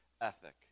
ethic